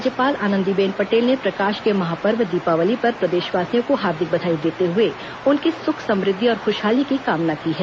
राज्यपाल आनंदीबेन पटेल ने प्रकाश के महापर्व दीपावली पर प्रदेशवासियों को हार्दिक बधाई देते हुए उनकी सुख समृद्धि और खुशहाली की कामना की है